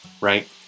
Right